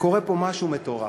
קורה פה משהו מטורף,